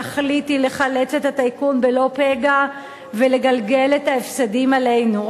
התכלית היא לחלץ את הטייקון בלא פגע ולגלגל את ההפסדים עלינו,